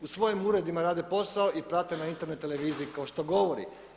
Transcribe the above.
U svojim uredima rade posao i prate na Internet televiziji kao što govori.